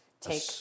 take